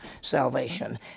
salvation